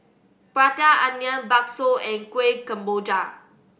Prata Onion bakso and Kueh Kemboja